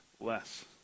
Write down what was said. less